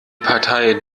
partei